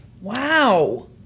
Wow